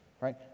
right